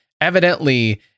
evidently